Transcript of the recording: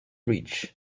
reach